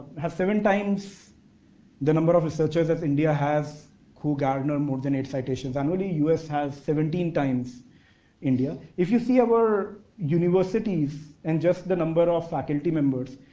has seven times the number of researchers as india has garnered more than eight citations annually. us has seventeen times india. if you see our universities and just the number of faculty members,